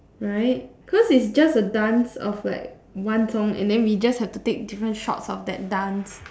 right cause it's just a dance of one song and we just have to take different shots of that dance